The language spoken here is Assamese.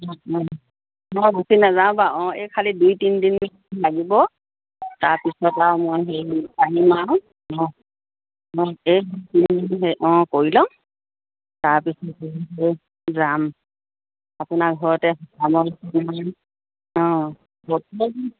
অঁ অঁ অঁ গুচি নাযাওঁ বাৰু অঁ এই খালী দুই তিনদিন লাগিব তাৰপিছত আৰু